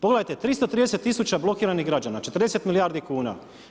Pogledajte 330 000 blokiranih građana, 40 milijardi kuna.